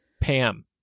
Pam